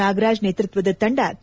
ನಾಗರಾಜ್ ನೇತೃತ್ವದ ತಂಡ ಕೆ